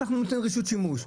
אנחנו ניתן רשות שימוש.